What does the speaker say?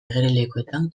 igerilekuetan